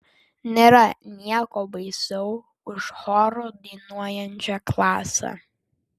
nėra nieko baisiau už choru dainuojančią klasę